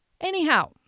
Anyhow